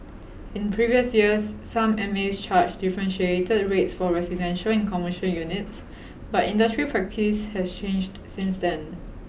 in previous years some M A S charged differentiated rates for residential and commercial units but industry practice has changed since then